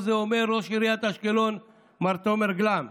זה אומר ראש עיריית אשקלון מר תומר גלאם.